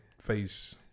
face